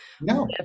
No